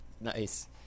nice